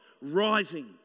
rising